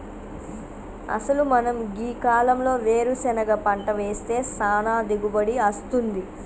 అసలు మనం గీ కాలంలో వేరుసెనగ పంట వేస్తే సానా దిగుబడి అస్తుంది